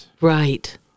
Right